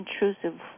intrusive